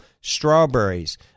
strawberries